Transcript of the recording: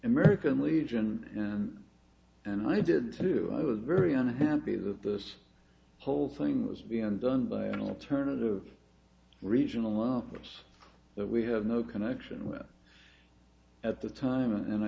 american legion and i did too i was very unhappy that this whole thing was being done by an alternative regional office that we have no connection with at the time and i